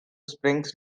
springs